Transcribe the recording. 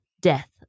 death